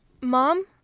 Mom